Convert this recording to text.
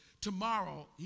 Tomorrow